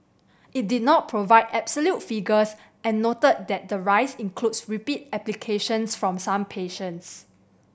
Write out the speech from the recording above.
it did not provide absolute figures and noted that the rise includes repeat applications from some patients